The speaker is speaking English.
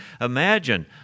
imagine